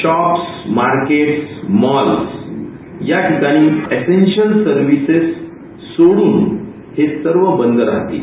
shops markets malls या ठिकाणी essential services सोडून हे सर्व बंद राहतील